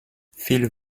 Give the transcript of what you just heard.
feel